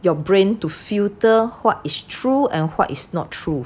your brain to filter what is true and what is not true